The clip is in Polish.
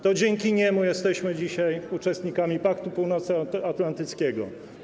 To dzięki niemu jesteśmy dzisiaj członkami Paktu Północnoatlantyckiego.